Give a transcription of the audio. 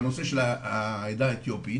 בנושא של העדה האתיופית